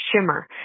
shimmer